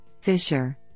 Fisher